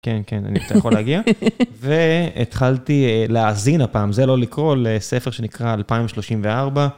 כן, כן, אני אתה יכול להגיע. והתחלתי להאזין הפעם, זה לא לקרוא, לספר שנקרא 2034.